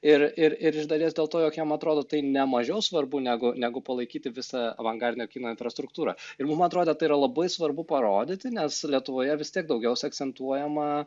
ir ir ir iš dalies dėl to jog jam atrodo tai ne mažiau svarbu negu negu palaikyti visą avangardinio kino infrastruktūrą ir mum atrodė tai yra labai svarbu parodyti nes lietuvoje vis tiek daugiausia akcentuojama